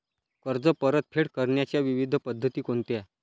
कर्ज परतफेड करण्याच्या विविध पद्धती कोणत्या?